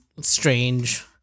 strange